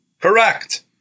Correct